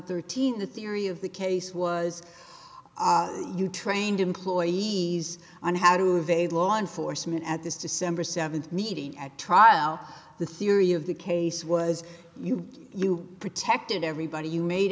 thirteen the theory of the case was you trained employees on how to evade law enforcement at this december seventh meeting at trial the theory of the case was you you protected everybody you made